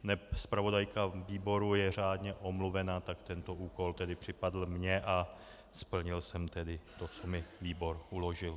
Neb zpravodajka výboru je řádně omluvena, tak tento úkol tedy připadl mně a splnil jsem tedy to, co mi výbor uložil.